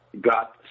got